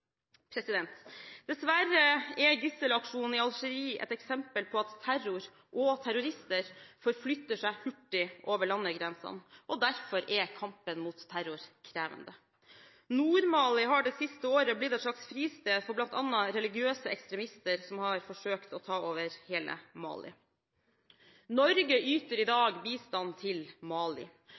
Dessverre er gisselaksjonen i Algerie et eksempel på at terror og terrorister forflytter seg hurtig over landegrensene, og derfor er kampen mot terror krevende. Nord-Mali har det siste året blitt et slags fristed for bl.a. religiøse ekstremister som har forsøkt å ta over hele Mali. Norge yter i dag bistand til Mali,